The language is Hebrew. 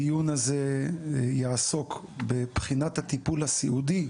הדיון הזה יעסוק בבחינת הטיפול הסיעודי